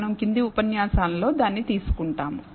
మనం కింది ఉపన్యాసాలలో దానిని తీసుకుంటాము